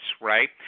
right